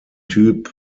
typ